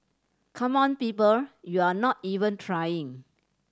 come on people you're not even trying